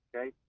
Okay